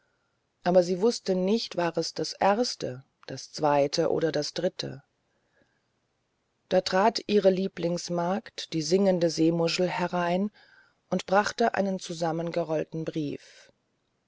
aber sie wußte nicht war es das erste das zweite oder das dritte boot da trat ihre lieblingsmagd die singende seemuschel herein und brachte einen zusammengerollten brief